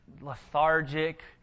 lethargic